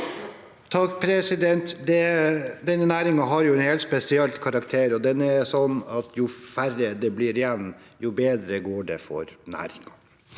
(R) Denne næringen har en helt spesiell karakter, og den er sånn at jo færre det blir igjen, jo bedre går det for næringen.